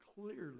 clearly